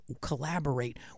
collaborate